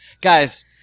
Guys